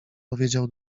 powiedział